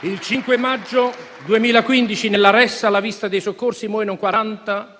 Il 5 maggio 2015, nella ressa alla vista dei soccorritori, muoiono in 40,